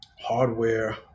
hardware